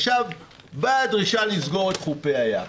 עכשיו באה דרישה לסגור את חופי הים.